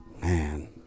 Man